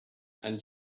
and